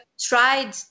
tried